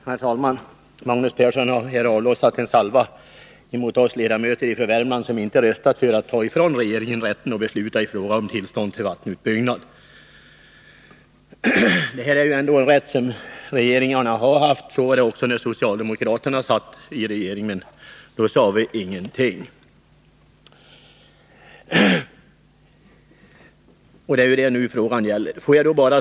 Herr talman! Magnus Persson har här avlossat en salva mot oss ledamöter från Värmland som inte biträtt förslaget att ta ifrån regeringen rätten att besluta i fråga om tillstånd till vattenutbyggnad. Det är en rätt som regeringen tidigare har haft. Så var det också när socialdemokraterna satt i regeringen. Vi sade ingenting om det.